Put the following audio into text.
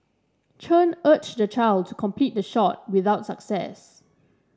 Chen urged the child to complete the shot without success